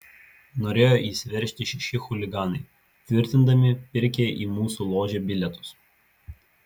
norėjo įsiveržti šeši chuliganai tvirtindami pirkę į mūsų ložę bilietus